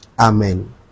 Amen